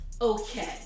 okay